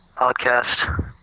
podcast